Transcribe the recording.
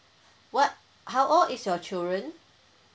what how old is your children